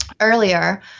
Earlier